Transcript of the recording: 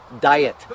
diet